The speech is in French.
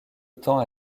temps